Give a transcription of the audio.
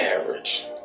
average